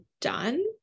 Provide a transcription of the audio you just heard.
done